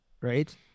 right